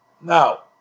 Now